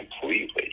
completely